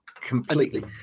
completely